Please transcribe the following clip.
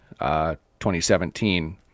2017